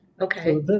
Okay